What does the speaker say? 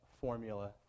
formula